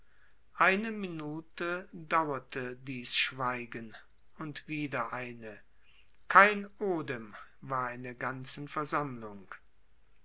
eine minute dauerte dies schweigen und wieder eine kein odem war in der ganzen versammlung